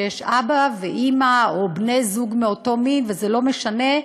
שיש אבא ואימא או בני-זוג מאותו מין וזה לא משנה,